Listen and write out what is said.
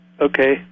okay